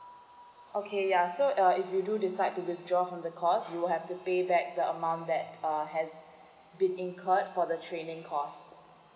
okay ya so uh if you do decide to withdraw from the course you will have to pay back the amount that uh has been incurred for the training course